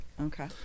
Okay